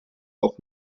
auch